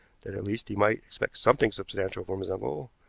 that at least he might expect something substantial from his uncle.